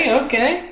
okay